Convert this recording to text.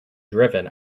driven